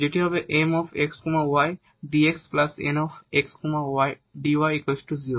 যেটি হবে M x y dx N x y dy 0